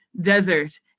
desert